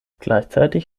gleichzeitig